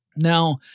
Now